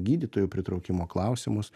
gydytojų pritraukimo klausimus